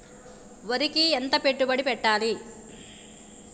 వరికి ఎంత పెట్టుబడి పెట్టాలి?